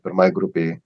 pirmai grupei